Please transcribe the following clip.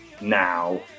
now